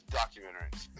documentaries